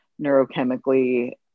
neurochemically